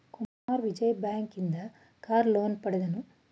Kumara Vijaya bank ಇಂದ car loan ಪಡೆದನು